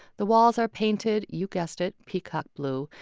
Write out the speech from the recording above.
the walls are painted you guessed it peacock blue.